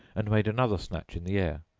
and made another snatch in the air.